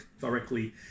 directly